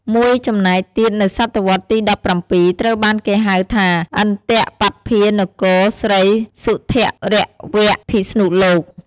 មួយចំណែកទៀតនៅសតវត្សរ៍ទី១៧ត្រូវបានគេហៅថា ឥន្ទបត្តម្ភានគរស្រីសុធរវពិស្ណុលោក។